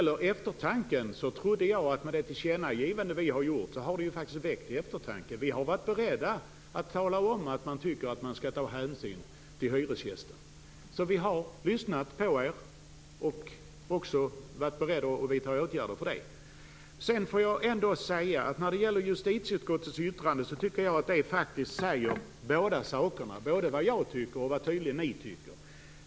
Herr talman! Jag trodde att det tillkännagivande vi har gjort visar på att detta faktiskt har väckt eftertanke. Vi har varit beredda att tala om att man skall ta hänsyn till hyresgästen. Vi har alltså lyssnat på er och också varit beredda att vidta åtgärder. Som jag ser det säger justitieutskottets yttrande faktiskt båda sakerna, både vad jag tycker och vad ni tydligen tycker.